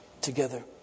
together